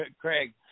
Craig